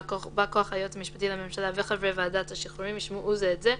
בא כוח היועץ המשפטי לממשלה וחברי ועדת השחרורים ישמעו זה את זה,